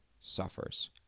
suffers